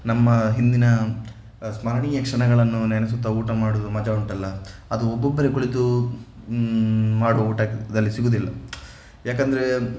ನಮ್ಮ ಹಿಂದಿನ ಸ್ಮರಣೀಯ ಕ್ಷಣಗಳನ್ನು ನೆನೆಸುತ್ತಾ ಊಟ ಮಾಡುವುದು ಮಜಾ ಉಂಟಲ್ಲ ಅದು ಒಬ್ಬೊಬ್ಬರೇ ಕುಳಿತು ಮಾಡುವ ಊಟದಲ್ಲಿ ಸಿಗುವುದಿಲ್ಲ ಯಾಕೆಂದರೆ